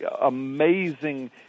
Amazing